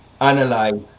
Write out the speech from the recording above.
analyze